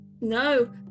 No